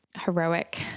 heroic